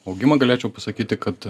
augimą galėčiau pasakyti kad